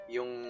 Yung